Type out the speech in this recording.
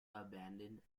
abandoned